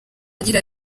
agira